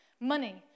money